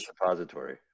repository